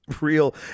real